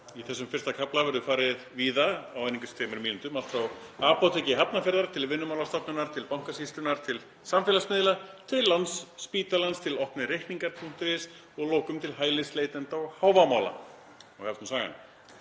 Í þessum fyrsta kafla verður farið víða á einungis tveimur mínútum, allt frá Apóteki Hafnarfjarðar til Vinnumálastofnunar, til Bankasýslunnar, til samfélagsmiðla, til Landspítalans til opnir reikningar.is og að lokum til hælisleitenda og Hávamála. Hefst nú sagan: